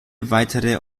weitere